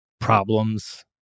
problems